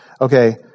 Okay